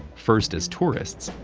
first as tourists,